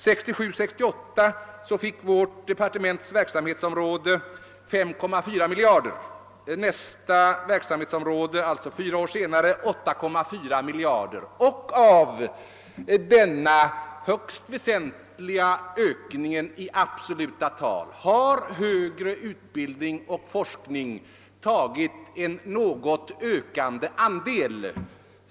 1967/68 fick vårt departements verksamhetsområde 5,4 miljarder kronor och fyra år senare 8,4 miljarder kronor. Av denna högst väsentliga ökning i absoluta tal har högre utbildning och forskning tagit en något ökande andel.